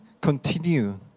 continue